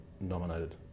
nominated